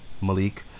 Malik